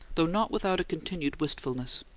though not without a continued wistfulness.